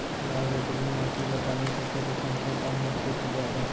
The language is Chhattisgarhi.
लाल रेतीली माटी के पानी सोखे के क्षमता कम होथे की जादा?